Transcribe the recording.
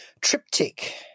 Triptych